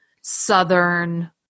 southern